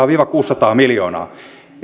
viiva kuusisataa miljoonaa